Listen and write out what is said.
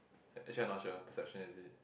actually I not sure perception is it